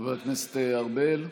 חבר הכנסת ארבל?